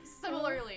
similarly